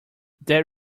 that